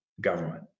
government